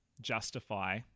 justify